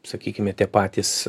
sakykime tie patys